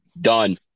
Done